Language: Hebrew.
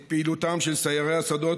את פעילותם של סיירי השדות,